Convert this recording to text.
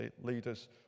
leaders